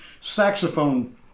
saxophone